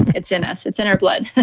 it's in us. it's in our blood.